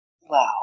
wow